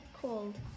cold